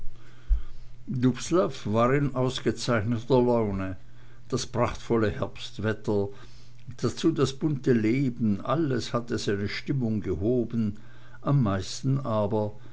war in ausgezeichneter laune das prachtvolle herbstwetter dazu das bunte leben alles hatte seine stimmung gehoben am meisten aber